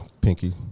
Pinky